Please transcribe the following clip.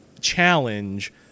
challenge